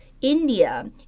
India